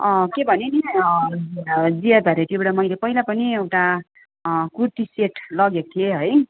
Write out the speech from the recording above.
के भने नि जिया भेराइटीबाट मैले पहिला पनि एउटा कुर्ती सेट लगेको थिएँ है